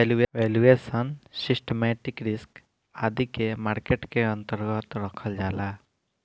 valuation, systematic risk आदि के market के अन्तर्गत रखल जाला